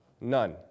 None